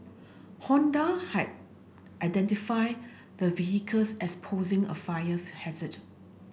Honda had identified the vehicles as posing a fire hazard